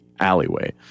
alleyway